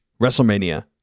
WrestleMania